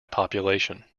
population